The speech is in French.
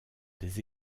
des